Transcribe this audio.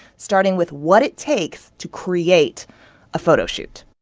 starting with what it takes to create a photo shoot